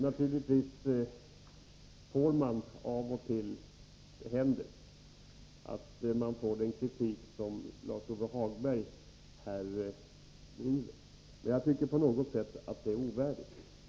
Naturligtvis händer det då och då att man får den kritik som Lars-Ove Hagberg här riktar, men jag tycker att den är på något sätt ovärdig.